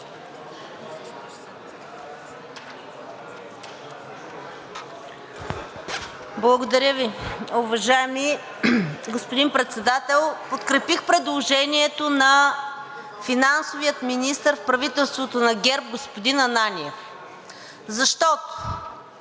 Благодаря Ви, уважаеми господин Председател. Подкрепих предложението на финансовия министър в правителството на ГЕРБ – господин Ананиев, защото